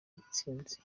intsinzi